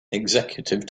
executive